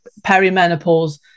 perimenopause